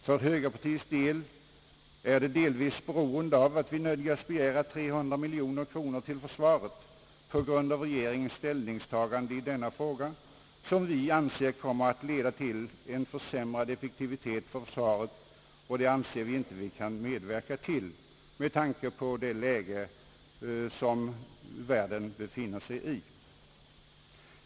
För högerpartiets del är det delvis beroende av att vi nödgas begära 300 miljoner kronor till försvaret på grund av regeringens ställningstagande i denna fråga, som vi anser kommer att leda till en försämrad effektivitet för försvaret. Det vill vi inte medverka till, med tanke på det läge världen befinner sig i.